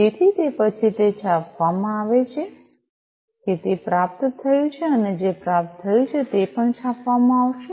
તેથી તે પછી તે છાપવામાં આવે છે કે તે પ્રાપ્ત થયું છે અને જે પ્રાપ્ત થયું છે તે પણ છાપવામાં આવશે